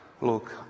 look